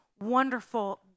Wonderful